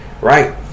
right